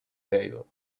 table